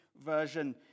version